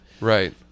right